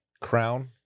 crown